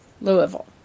Louisville